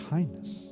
Kindness